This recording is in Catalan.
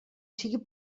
sigui